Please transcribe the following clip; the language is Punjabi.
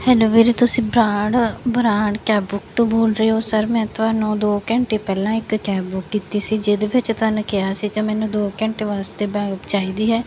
ਹੈਲੋ ਵੀਰੇ ਤੁਸੀਂ ਬਰਾੜ ਬਰਾੜ ਕੈਬ ਬੁੱਕ ਤੋਂ ਬੋਲ ਰਹੇ ਹੋ ਸਰ ਮੈਂ ਤੁਹਾਨੂੰ ਦੋ ਘੰਟੇ ਪਹਿਲਾਂ ਇੱਕ ਕੈਬ ਬੁੱਕ ਕੀਤੀ ਸੀ ਜਿਹਦੇ ਵਿੱਚ ਤੁਹਾਨੂੰ ਕਿਹਾ ਸੀ ਕਿ ਮੈਨੂੰ ਦੋ ਘੰਟੇ ਵਾਸਤੇ ਚਾਹੀਦੀ ਹੈ